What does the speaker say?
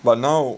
but now